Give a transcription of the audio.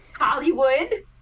Hollywood